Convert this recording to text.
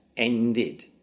ended